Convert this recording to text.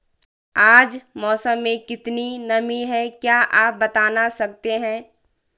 आज मौसम में कितनी नमी है क्या आप बताना सकते हैं?